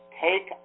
take